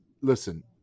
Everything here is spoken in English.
listen